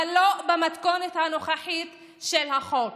אבל לא במתכונת הנוכחית של החוק.